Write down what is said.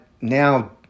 now